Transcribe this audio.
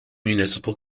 municipal